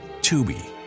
Tubi